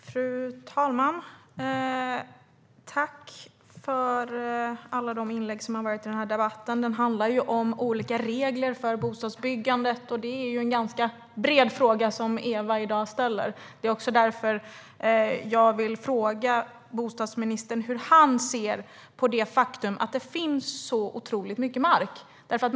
Fru talman! Jag tackar för alla de inlägg som gjorts i debatten. Den handlar om olika regler för bostadsbyggandet, och det är en ganska bred fråga som Ewa ställt. Det är också därför jag vill fråga bostadsministern hur han ser på det faktum att det finns så otroligt mycket mark.